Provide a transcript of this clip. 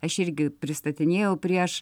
aš irgi pristatinėjau prieš